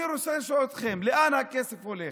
אני רוצה לשאול אתכם, לאן הכסף הולך?